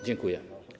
Dziękuję.